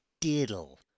diddle